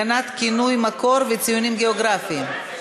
מקור וציונים גיאוגרפיים (תיקון מס' 5),